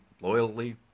loyally